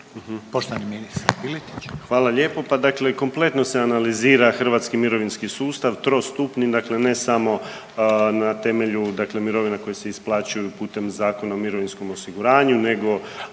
Marin (HDZ)** Hvala lijepo. Pa dakle, kompletno se analizira hrvatski mirovinski sustav trostupni, dakle ne samo na temelju mirovina koje se isplaćuju putem Zakona o mirovinskom osiguranju nego